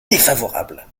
défavorable